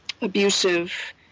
abusive